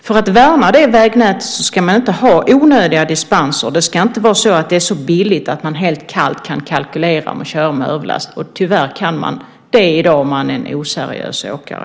För att värna det vägnätet ska man inte ha onödiga dispenser. Det ska inte vara så billigt att man helt kallt kan kalkylera med att köra med överlast. Tyvärr kan man det i dag om man är en oseriös åkare.